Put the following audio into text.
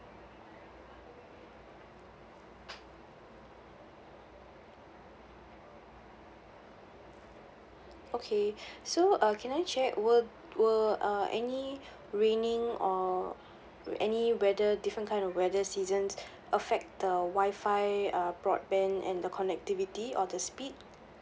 okay so uh can I check will will uh any raining or any weather different kind of weather seasons affect the wi-fi uh broadband and the connectivity or the speed